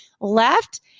left